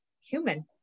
human